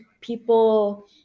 people